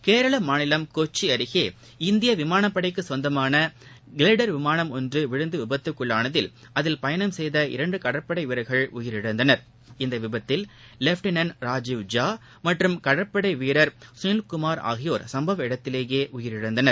கேரளமாநிலம் கொச்சிஅருகே இந்தியவிமானப் படைக்குசொந்தமானகிளைடர் விமானம் ஒன்றுவிழுந்துவிபத்துக்குள்ளானதில் அதில் பயணம் செய்த இரண்டுகடற்படைவீரர்கள் உயிரிழந்தனர் இந்தவிபத்தில் வெப்டினெள்ட் ராஜுவ் ஜா மற்றும் கடற்படைவீரர் சுனில் குமார் ஆகியோர் சுப்பவ இடத்திலேயேஉயிரிழந்தனர்